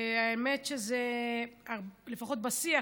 לפחות בשיח,